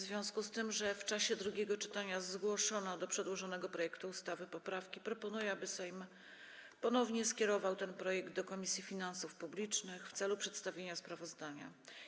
W związku z tym, że w czasie drugiego czytania zgłoszono do przedłożonego projektu ustawy poprawki, proponuję, aby Sejm ponownie skierował ten projekt do Komisji Finansów Publicznych w celu przedstawienia sprawozdania.